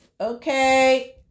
okay